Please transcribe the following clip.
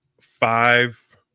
five